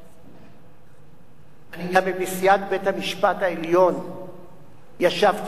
אני גם עם נשיאת בית-המשפט העליון ישבתי על הצעת הוועדה,